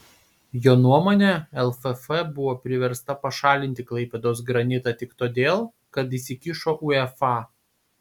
jo nuomone lff buvo priversta pašalinti klaipėdos granitą tik todėl kad įsikišo uefa